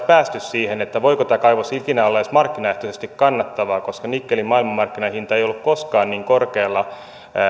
päässeet siihen voiko tämä kaivos ikinä olla edes markkinaehtoisesti kannattava koska nikkelin maailmanmarkkinahinta ei ole koskaan ollut niin korkealla